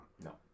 No